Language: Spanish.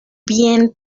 bien